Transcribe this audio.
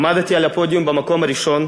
עמדתי על הפודיום במקום הראשון,